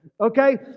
Okay